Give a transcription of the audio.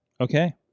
Okay